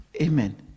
Amen